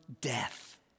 death